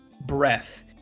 breath